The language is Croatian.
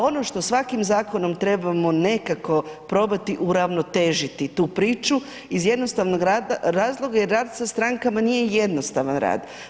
Ono što svakim zakonom trebamo nekako probati uravnotežiti tu priču iz jednostavnog razloga jer rad sa strankama nije jednostavan rad.